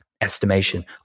estimation